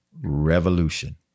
revolution